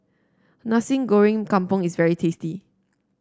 Nasi Goreng Kampung is very tasty